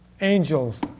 angels